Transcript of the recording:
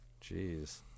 Jeez